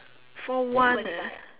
for one leh